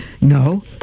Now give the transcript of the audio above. no